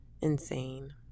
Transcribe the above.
insane